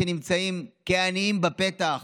שעומדים כעניים בפתח,